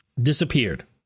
disappeared